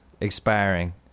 expiring